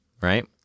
right